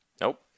Nope